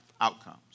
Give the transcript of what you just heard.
outcomes